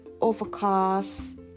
Overcast